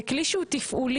זה כלי שהוא תפעולי,